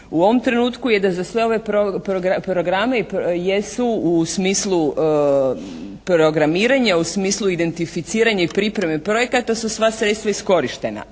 u ovom trenutku je da za sve ove programe jesu u smislu programiranje u smislu identificiranja i pripreme projekata su sva sredstva iskorištena.